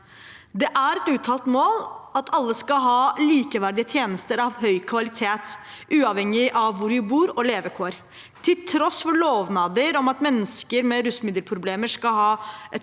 Det er et uttalt mål at alle skal ha likeverdige tjenester av høy kvalitet, uavhengig av levekår og hvor man bor. Til tross for lovnader om at mennesker med rusmiddelproblemer skal ha et